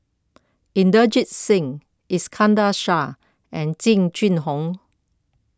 Inderjit Singh Iskandar Shah and Jing Jun Hong